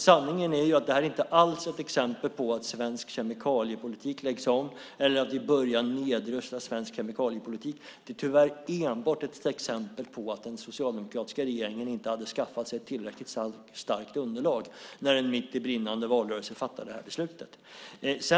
Sanningen är alltså att det här inte alls är ett exempel på att svensk kemikaliepolitik läggs om eller på att vi börjar nedrusta svensk kemikaliepolitik. Det är tyvärr enbart ett exempel på att den socialdemokratiska regeringen inte hade skaffat sig ett tillräckligt starkt underlag när den mitt i brinnande valrörelse fattade det här beslutet.